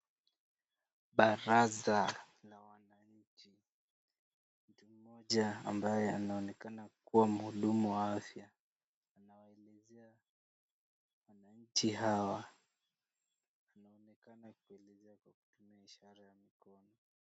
Baraza la wananchi. Mtu mmoja ambaye anaoenekana kuwa mhudmu wa afya anawaelezea wananchi hawa .Anaoneakana akiwaelezea kwa kutumia ishara ya mikono.